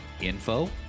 info